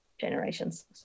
generations